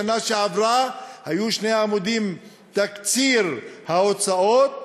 בשנה שעברה היו שני עמודים של תקציר ההוצאות